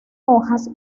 hojas